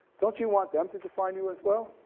don't you want them to define you as well?